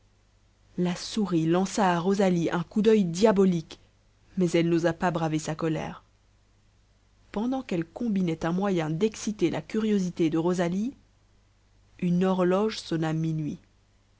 la souris lança à rosalie un coup d'oeil diabolique mais elle n'osa pas braver sa colère pendant qu'elle combinait un moyen d'exciter la curiosité de rosalie une horloge sonna minuit